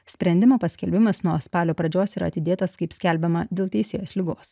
sprendimo paskelbimas nuo spalio pradžios yra atidėtas kaip skelbiama dėl teisėjos ligos